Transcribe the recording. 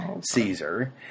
Caesar